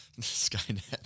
Skynet